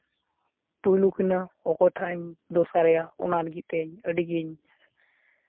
ᱯᱩᱭᱞᱳ ᱠᱤᱱᱟᱹ ᱚᱠᱚᱭᱴᱟᱜ ᱤᱧ ᱫᱚᱥᱟᱨᱮᱭᱟ ᱚᱱᱟ ᱞᱟᱹᱜᱤᱫ ᱛᱤᱧ ᱟᱹᱰᱤ ᱜᱮᱧ